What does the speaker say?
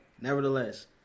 nevertheless